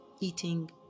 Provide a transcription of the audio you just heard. Eating